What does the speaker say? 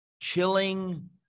chilling